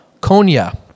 Konya